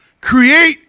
create